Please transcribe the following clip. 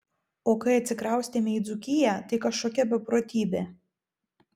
o kai atsikraustėme į dzūkiją tai kažkokia beprotybė